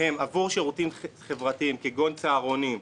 הן עבור שירותים חברתיים כגון צהרונים,